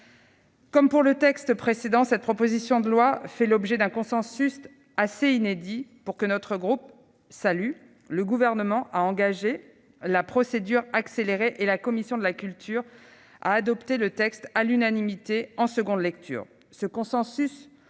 Comme pour le texte précédent, cette proposition de loi fait l'objet d'un consensus assez inédit, que notre groupe salue : le Gouvernement a engagé la procédure accélérée et la commission de la culture a adopté le texte à l'unanimité en seconde lecture.